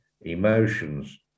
emotions